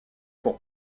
pour